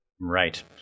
Right